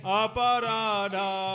aparada